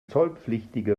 zollpflichtige